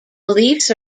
beliefs